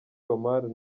omar